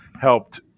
helped